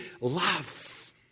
love